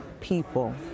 people